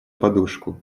подушку